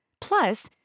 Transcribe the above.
Plus